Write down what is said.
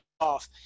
off